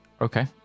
Okay